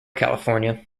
california